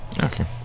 Okay